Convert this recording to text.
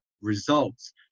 results